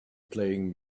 playing